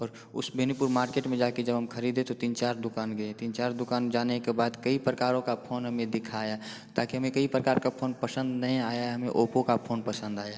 और उस बेनीपुर मार्केट में जाकर जब हम ख़रीदे तो तीन चार दुकान गए तीन चार दुकान जाने के बाद कई प्रकारों का फ़ोन हमें दिखाया ताकि हमें कई प्रकार का फ़ोन पसंद नहीं आया हमें ओप्पो का फ़ोन पसंद आया